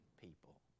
people